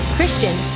Christian